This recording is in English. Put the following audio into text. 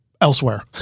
elsewhere